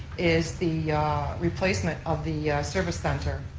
is the replacement of the service center.